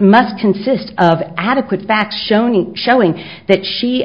must consist of adequate facts shoni showing that she